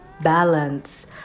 balance